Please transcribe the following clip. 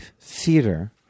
Theater